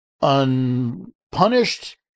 unpunished